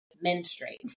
menstruate